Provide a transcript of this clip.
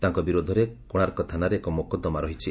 ତାଙ୍କ ବିରୋଧରେ କୋଶାର୍କ ଥାନାରେ ଏକ ମୋକଦ୍ଦମା ରହିଛି